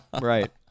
right